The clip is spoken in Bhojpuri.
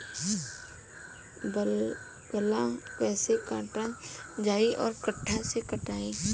बाकला कईसे काटल जाई औरो कट्ठा से कटाई?